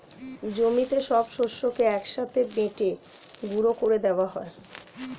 জমিতে সব শস্যকে এক সাথে বেটে গুঁড়ো করে দেওয়া হয়